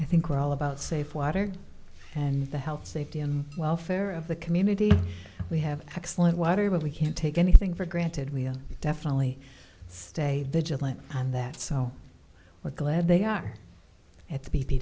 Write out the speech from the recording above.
i think we're all about safe water and the health safety and welfare of the community we have excellent water but we can't take anything for granted we'll definitely stay vigilant on that so we're glad they are at the b